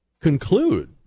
conclude